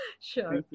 Sure